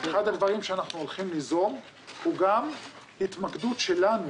אחד הדברים שאנחנו הולכים ליזום הוא גם התמקדות שלנו